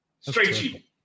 Straight